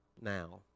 now